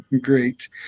Great